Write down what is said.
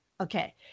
Okay